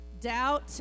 Doubt